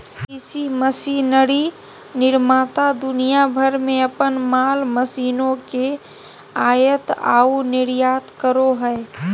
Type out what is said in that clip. कृषि मशीनरी निर्माता दुनिया भर में अपन माल मशीनों के आयात आऊ निर्यात करो हइ